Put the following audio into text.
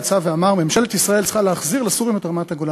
יצא ואמר: ממשלת ישראל צריכה להחזיר לסורים את רמת-הגולן.